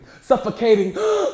Suffocating